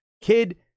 kid